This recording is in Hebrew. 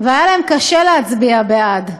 והיה להם קשה להצביע בעד.